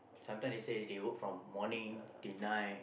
sometime they say they work from morning till night